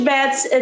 Bets